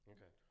Okay